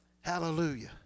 Hallelujah